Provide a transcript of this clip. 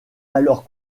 alors